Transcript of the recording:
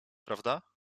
prawda